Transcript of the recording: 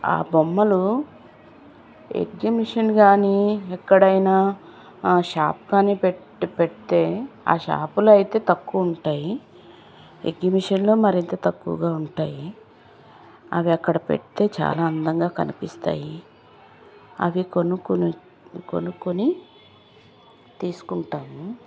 ఆ బొమ్మలు ఎగ్జిబిషన్ గానీ ఎక్కడైనా ఆ షాప్ కానీ పెట్ పెడితే ఆ షాపులో అయితే తక్కువ ఉంటాయి ఎగ్జిబిషన్లో మరింత తక్కువగా ఉంటాయి అవి అక్కడ పెడితే చాలా అందంగా కనిపిస్తాయి అవి కొనుక్కుని కొనుక్కొని తీసుకుంటాను